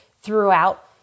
throughout